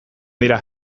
dira